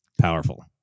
Powerful